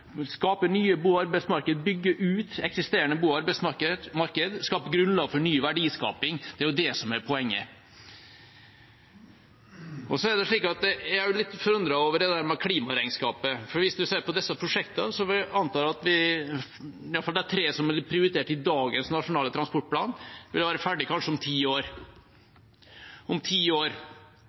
skape nye bo- og arbeidsmarkeder, bygge ut eksisterende bo- og arbeidsmarkeder, skape grunnlag for ny verdiskaping – det er jo det som er poenget. Jeg er også litt forundret over det med klimaregnskapet, for hvis en ser på disse prosjektene, kan en anta at i alle fall de tre som er prioritert i dagens nasjonale transportplan, vil være ferdig om kanskje ti år. Om ti år!